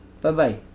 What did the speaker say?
Bye-bye